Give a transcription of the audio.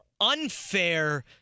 unfair